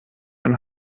ein